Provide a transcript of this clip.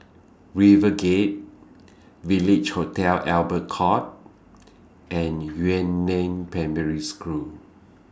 RiverGate Village Hotel Albert Court and Yuan Neng Primary School